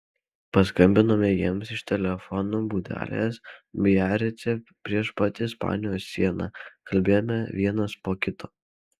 paskambinome jiems iš telefono būdelės biarice prieš pat ispanijos sieną kalbėjome vienas po kito